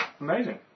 Amazing